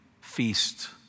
feast